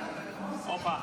הופה.